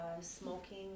smoking